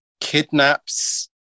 kidnaps